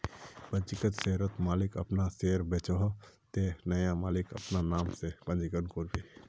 पंजीकृत शेयरर मालिक अपना शेयर बेचोह ते नया मालिक अपना नाम से पंजीकरण करबे